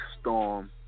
storm